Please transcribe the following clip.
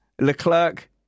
Leclerc